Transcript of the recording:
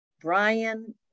Brian